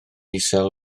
isel